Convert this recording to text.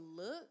look